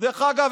דרך אגב,